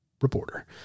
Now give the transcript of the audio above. reporter